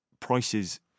prices